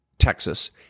texas